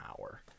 hour